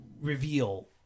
reveal